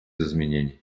изменений